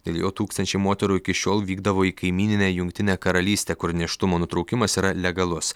dėl jo tūkstančiai moterų iki šiol vykdavo į kaimyninę jungtinę karalystę kur nėštumo nutraukimas legalus